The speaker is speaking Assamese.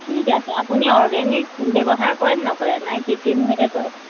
ঠিক আছে আপুনি অৰ্গেনিক ব্যৱহাৰ কৰেনে নকৰে নে কৃতিমভাৱে কৰে